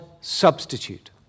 substitute